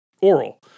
oral